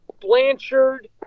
Blanchard